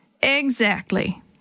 Exactly